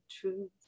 truth